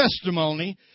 testimony